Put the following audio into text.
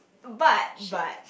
but but